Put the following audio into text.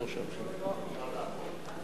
אפשר לעמוד?